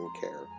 care